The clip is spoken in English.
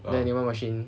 then animal machine